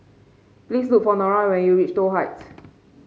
please look for Nora when you reach Toh Heights